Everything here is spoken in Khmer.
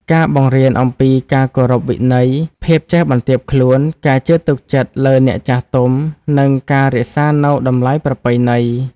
ការបង្រៀនអំពីការគោរពវិន័យ ភាពចេះបន្ទាបខ្លួន ការជឿទុកចិត្តលើអ្នកចាស់ទុំ និងការរក្សានូវតម្លៃប្រពៃណី។